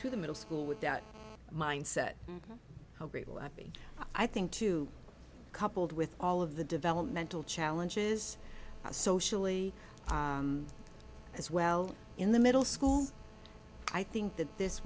to the middle school with that mindset i think to coupled with all of the developmental challenges socially as well in the middle school i think that this